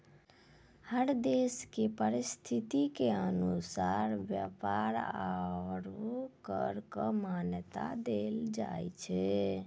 हर देश के परिस्थिति के अनुसार व्यापार आरू कर क मान्यता देलो जाय छै